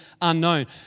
unknown